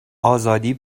آزادی